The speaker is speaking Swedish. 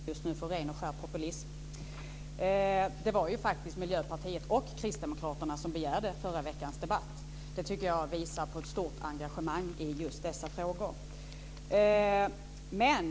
Fru talman! Om jag ska vara elak kan jag kalla detta för ren och skär populism. Det var ju faktiskt Miljöpartiet och Kristdemokraterna som begärde förra veckans debatt. Det tycker jag visar på ett stort engagemang i just dessa frågor.